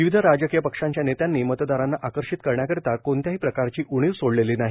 विविध राजकीय पक्षांच्या नेत्यांनी मतदारांना आकर्षित करण्याकरिता कोणत्याही प्रकारची कसर सोडलेली नाही